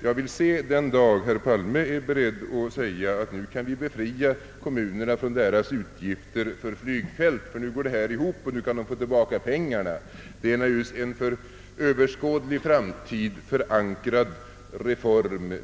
Jag vill se den dag herr Palme är beredd att säga att nu kan vi befria kommunerna från deras utgifter för flygfält, ty nu går det här ihop — nu kan kommunerna få tillbaka sina pengar. Det är naturligtvis en för oöverskådlig framtid förankrad »reform»